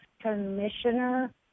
commissioner